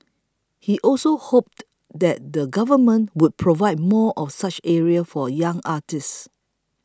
he also hoped that the Government would provide more of such areas for young artists